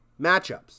matchups